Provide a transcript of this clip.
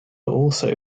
also